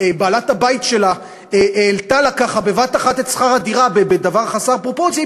בעלת הבית שלה העלתה לה ככה בבת-אחת את שכר הדירה בדבר חסר פרופורציה,